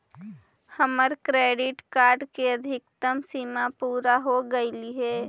हमर credit card के अधिकतम सीमा पूरा हो गेलई हे